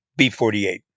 B48